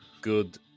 good